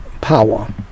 power